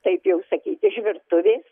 taip jau sakyt iš virtuvės